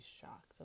shocked